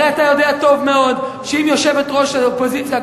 אתה יודע טוב מאוד שאם יושבת-ראש האופוזיציה,